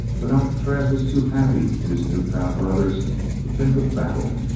but alcatraz was too happy in his new-found brothers to think of battle.